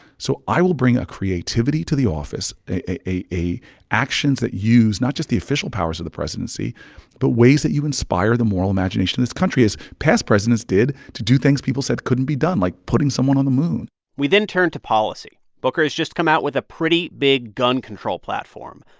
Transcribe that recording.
so i will bring a creativity to the office, a a actions that use not just the official powers of the presidency but ways that you inspire the moral imagination in this country as past presidents did to do things people said couldn't be done, like putting someone on the moon we then turned to policy. booker has just come out with a pretty big gun control platform.